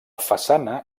façana